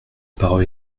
parole